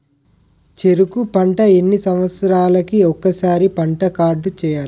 చెరుకు పంట ఎన్ని సంవత్సరాలకి ఒక్కసారి పంట కార్డ్ చెయ్యాలి?